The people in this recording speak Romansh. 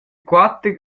quater